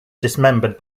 dismembered